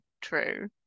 true